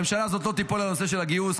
הממשלה הזאת לא תיפול על הנושא של הגיוס.